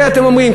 זה אתם אומרים,